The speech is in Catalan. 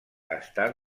estat